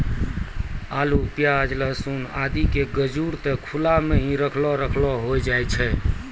आलू, प्याज, लहसून आदि के गजूर त खुला मॅ हीं रखलो रखलो होय जाय छै